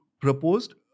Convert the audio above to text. proposed